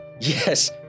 Yes